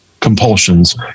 compulsions